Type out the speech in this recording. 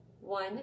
One